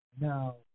now